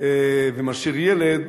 ומשאיר ילד,